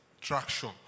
traction